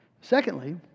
Secondly